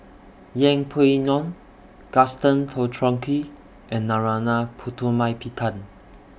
Yeng Pway Ngon Gaston Dutronquoy and Narana Putumaippittan